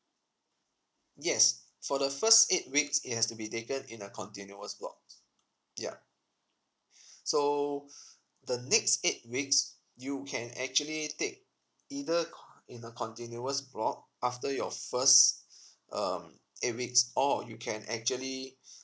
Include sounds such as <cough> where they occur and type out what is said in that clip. yes for the first eight weeks it has to be taken in a continuous block ya <breath> so <breath> the next eight weeks you can actually take either co~ in a continuous block after your first <breath> um eight weeks or you can actually <breath>